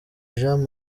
jean